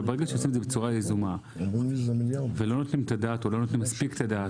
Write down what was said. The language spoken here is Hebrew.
אבל אם זה בצורה יזומה ולא נותנים לזה מספיק את הדעת,